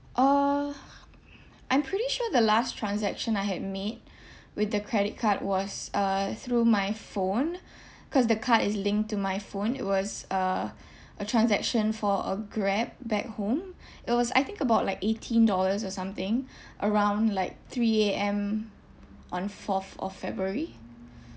uh I'm pretty sure the last transaction I had made with the credit card was uh through my phone cause the card is linked to my phone it was uh a transaction for a grab back home it was I think about like eighteen dollars or something around like three A_M on fourth of february